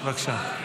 בבקשה.